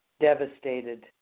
devastated